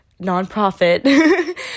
nonprofit